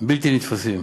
בלתי נתפסים.